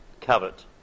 covet